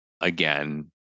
again